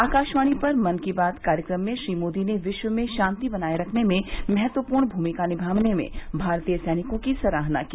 आकाशवाणी पर मन की बात कार्यक्रम में श्री मोदी ने विश्व में शांति बनाये रखने में महत्वपूर्ण भूमिका निमाने में भारतीय सैनिकों की सराहना की